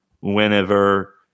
whenever